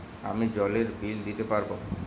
আমি জলের বিল দিতে পারবো?